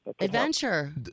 Adventure